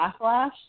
backlash